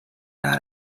not